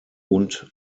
und